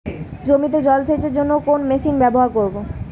জমিতে জল সেচের জন্য কোন মেশিন ব্যবহার করব?